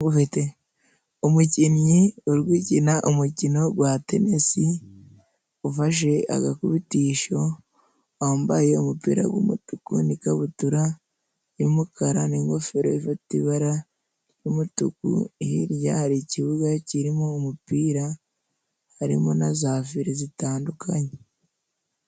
Umukinnyi uri gukina umukino gwa tenisi, ufashe agakubitisho, wambaye umupira gw'umutuku n'ikabutura y'umukara n'ingofero ifite ibara ry'umutuku, hirya hari ikibuga kirimo umupira harimo na za file zitandukanye.